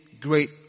great